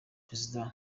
perezida